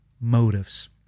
motives